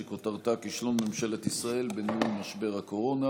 שכותרתה: כישלון ממשלת ישראל בניהול משבר הקורונה.